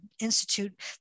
institute